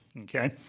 Okay